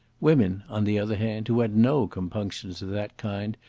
women, on the other hand, who had no compunctions of that kind,